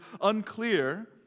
unclear